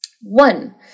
One